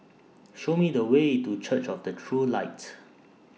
Show Me The Way to Church of The True Light